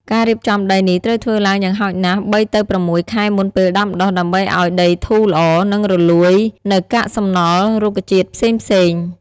ការរៀបចំដីនេះត្រូវធ្វើឡើងយ៉ាងហោចណាស់ ៣ ទៅ ៦ ខែមុនពេលដាំដុះ ដើម្បីឱ្យដីធូរល្អ និងរលួយនូវកាកសំណល់រុក្ខជាតិផ្សេងៗ។